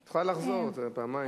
את יכולה לחזור, פעמיים.